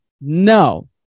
no